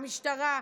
המשטרה,